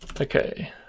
okay